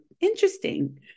interesting